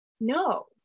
no